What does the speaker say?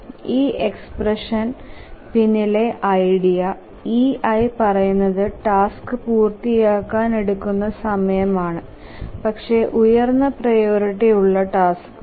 ഈ എക്സ്പ്രെഷ്ൻന്നു പിന്നിലെ ഐഡിയ ei പറയുന്നതു ടാസ്ക് പൂർത്തിയാകാൻ എടുക്കുന്ന സമയം ആണ് പക്ഷെ ഉയർന്ന പ്രിയോറിറ്റി ഉള്ള ടാസ്കുകൾ